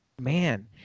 man